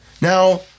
Now